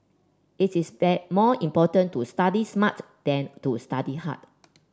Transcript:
it is that more important to study smarts than to study hard